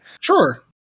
Sure